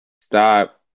stop